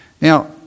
Now